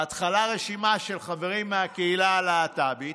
בהתחלה רשימה של חברים מהקהילה הלהט"בית,